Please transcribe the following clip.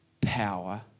power